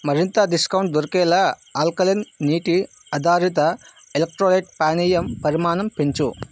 మరింత డిస్కౌంట్ దొరికేలా ఆల్కలెన్ నీటి ఆధారిత ఎలెక్ట్రోలైట్ పానీయం పరిమాణం పెంచు